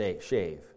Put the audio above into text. shave